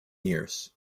years